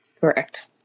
correct